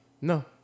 No